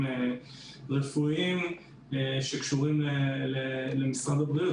יותר רפואיים שקשורים למשרד הבריאות.